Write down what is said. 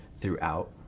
throughout